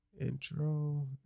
Intro